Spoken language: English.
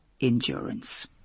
endurance